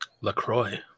LaCroix